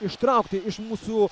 ištraukti iš mūsų